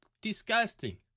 Disgusting